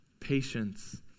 Patience